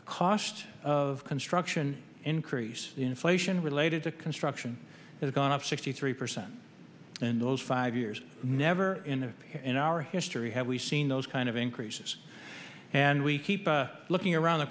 the cost of construction increase inflation related to construction has gone up sixty three percent in those five years never in in our history have we seen those kind of increases and we keep looking around the